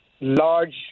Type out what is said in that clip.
large